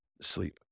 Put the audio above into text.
sleep